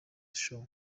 show